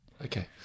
Okay